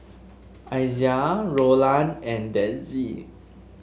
Izaiah Rolland and Dezzie